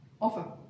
offer